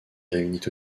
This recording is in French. réunit